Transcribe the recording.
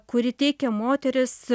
kurį teikia moterys